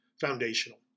foundational